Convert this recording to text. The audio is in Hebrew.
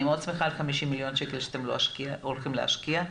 אני מאוד שמחה על ה-50 מיליון שקל שאתם הולכים להשקיע,